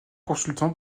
consultant